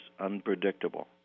Unpredictable